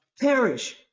perish